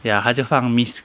ya 他就放 miss